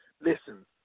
Listen